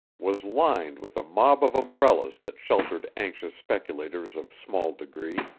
was lined with a mob of umbrellas that sheltered anxious speculators of small degree,